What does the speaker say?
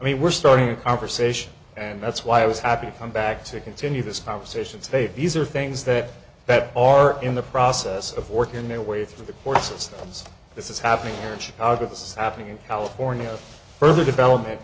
mean we're starting a conversation and that's why i was happy to come back to continue this conversation say these are things that that are in the process of working their way through the courses this is happening in chicago this is happening in california further development